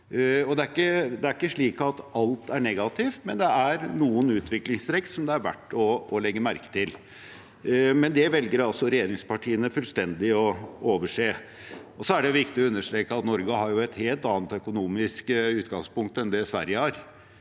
Det er ikke slik at alt er negativt, men det er noen utviklingstrekk som det er verdt å legge merke til. Men det velger altså regjeringspartiene fullstendig å overse. Det er viktig å understreke at Norge har et helt annet økonomisk utgangspunkt enn det Sverige har